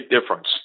difference